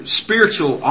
spiritual